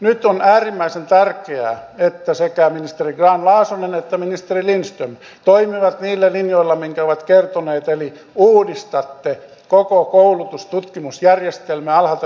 nyt on äärimmäisen tärkeää että sekä ministeri grahn laasonen että ministeri lindström toimivat niillä linjoilla mitkä ovat kertoneet eli uudistatte koko koulutus tutkimusjärjestelmää alhaalta ylös asti